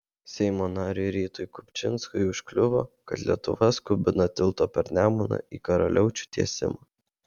seimo nariui rytui kupčinskui užkliuvo kad lietuva skubina tilto per nemuną į karaliaučių tiesimą